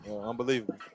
Unbelievable